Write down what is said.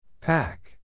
Pack